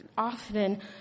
often